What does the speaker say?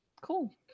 Cool